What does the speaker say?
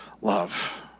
love